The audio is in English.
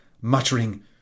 muttering